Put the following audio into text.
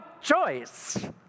choice